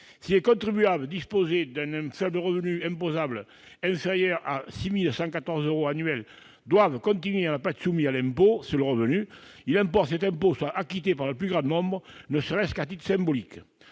Si les contribuables disposant d'un faible revenu imposable, inférieur à 6 114 euros annuels, doivent continuer à ne pas être soumis à l'impôt sur le revenu, il importe que ce dernier soit acquitté par le plus grand nombre, ne serait-ce qu'à titre symbolique.